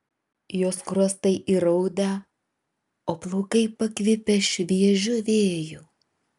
jos skruostai įraudę o plaukai pakvipę šviežiu vėju